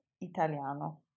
italiano